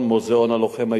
ללחימה עיקשת,